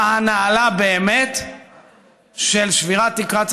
הנעלה באמת של שבירת תקרת הזכוכית,